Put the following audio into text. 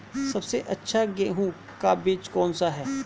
सबसे अच्छा गेहूँ का बीज कौन सा है?